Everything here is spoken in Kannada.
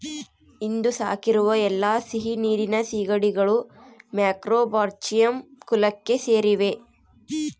ಇಂದು ಸಾಕಿರುವ ಎಲ್ಲಾ ಸಿಹಿನೀರಿನ ಸೀಗಡಿಗಳು ಮ್ಯಾಕ್ರೋಬ್ರಾಚಿಯಂ ಕುಲಕ್ಕೆ ಸೇರಿವೆ